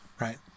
Right